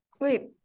Wait